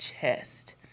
chest